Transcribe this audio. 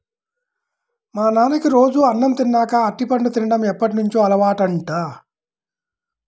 మా నాన్నకి రోజూ అన్నం తిన్నాక అరటిపండు తిన్డం ఎప్పటినుంచో అలవాటంట